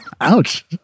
Ouch